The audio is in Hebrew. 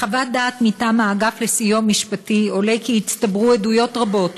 מחוות דעת מטעם האגף לסיוע משפטי עולה כי הצטברו עדויות רבות